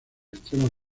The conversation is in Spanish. extremo